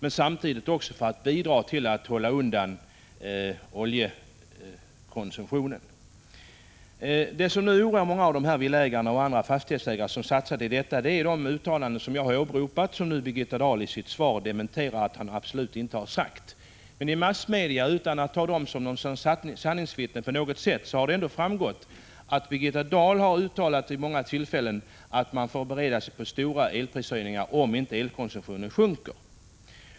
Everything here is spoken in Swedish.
Samtidigt ville man bidra till att hålla oljekonsumtionen nere. Vad som oroar många av de villaresp. fastighetsägare som gjort sådana här satsningar är de uttalanden som jag har åberopat och som Birgitta Dahl i sitt svar i dag dementerar. Hon säger att hon absolut inte har gjort några sådana uttalanden. Av vad som meddelats i massmedia — jag säger detta utan att på något sätt ta dessa som något sanningsvittne — har det ändå framgått att Birgitta Dahl vid många tillfällen uttalat att man får bereda sig på stora elprishöjningar om inte elkonsumtionen sjunker.